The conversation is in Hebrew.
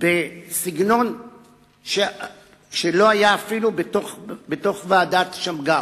סגנון שלא היה אפילו בתוך ועדת-שמגר,